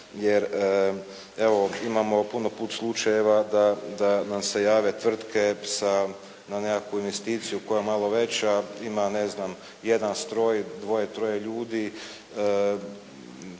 Jer, evo imamo puno puta slučajeva da nam se jave tvrtke da na nekakvu investiciju koja je malo veća ima ne znam jedan stroj, dvoje, troje ljudi,